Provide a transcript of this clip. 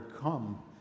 come